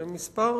זה מספר